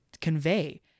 convey